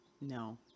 No